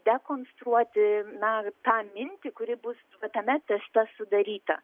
dekonstruoti na tą mintį kuri bus tame teste sudaryta